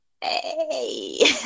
hey